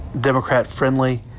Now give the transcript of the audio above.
Democrat-friendly